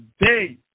day